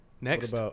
Next